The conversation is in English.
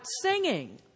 singing